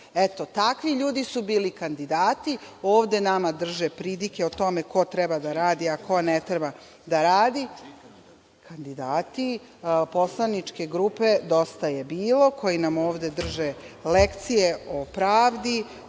takvi ljudi su bili kandidati, ovde nama drže pridike o tome ko treba da radi, a ko ne treba da radi. Kandidati poslaničke grupe DJB nam ovde drže lekcije o pravdi,